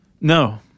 No